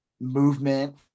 movement